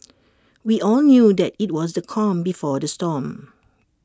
we all knew that IT was the calm before the storm